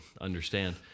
understand